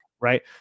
Right